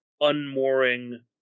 unmooring